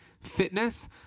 Fitness